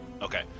Okay